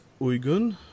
Uygun